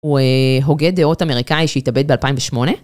הוא הוגה דעות אמריקאי שהתאבד ב-2008.